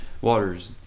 waters